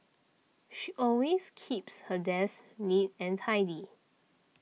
she always keeps her desk neat and tidy